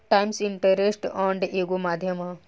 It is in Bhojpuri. टाइम्स इंटरेस्ट अर्न्ड एगो माध्यम ह